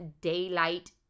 daylight